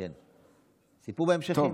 כן, סיפור בהמשכים.